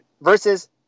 versus